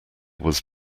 was